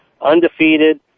Undefeated